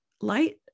light